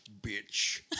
bitch